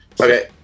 Okay